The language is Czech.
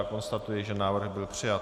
Konstatuji, že návrh byl přijat.